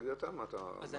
תגיד אתה מה אתה חושב.